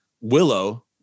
Willow